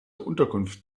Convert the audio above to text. unterkunft